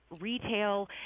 retail